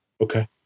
Okay